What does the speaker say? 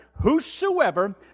Whosoever